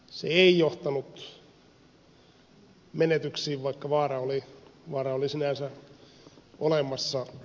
se ei johtanut menetyksiin vaikka vaara oli sinänsä olemassa